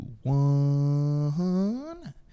one